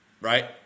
right